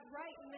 right